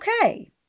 okay